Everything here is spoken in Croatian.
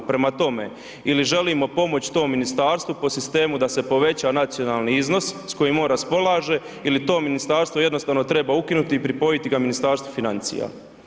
Prema tome, ili želimo pomoći tom ministarstvu po sistemu da se poveća nacionalni iznos s kojim on raspolaže ili to ministarstvo jednostavno treba ukinuti i pripojiti ga Ministarstvu financija.